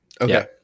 Okay